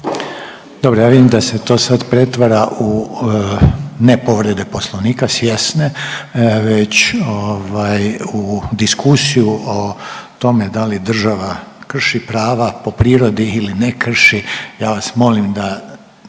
Dobro ja vidim da se to sad pretvara u ne povrede Poslovnika svjesne već ovaj u diskusiju o tome da li država krši prava po prirodi ili ne krši, ja vas molim da